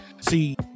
see